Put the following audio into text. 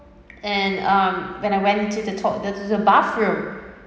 and um when I went to the toi~ the the the bathroom